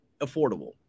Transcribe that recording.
affordable